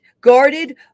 guarded